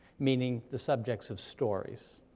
meaning the subjects of stories.